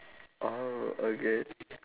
orh okay